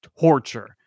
torture